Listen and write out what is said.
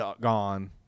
gone